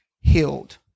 healed